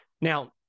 Now